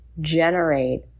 generate